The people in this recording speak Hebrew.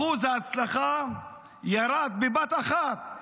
אחוז ההצלחה ירד בבת אחת